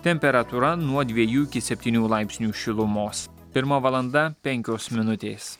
temperatūra nuo dviejų iki septynių laipsnių šilumos pirma valanda penkios minutės